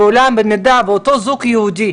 ואולם, במידה ואותו זוג יהודי